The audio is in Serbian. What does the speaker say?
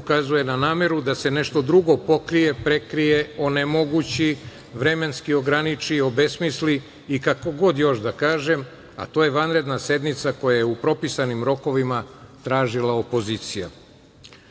ukazuje na nameru da se nešto drugo pokrije, prekrije, onemogući, vremenski ograniči, obesmisli i kako god još da kažem, a to je vanredna sednica koja je u propisanim rokovima tražila opozicija.U